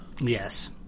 yes